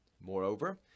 Moreover